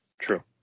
True